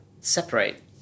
separate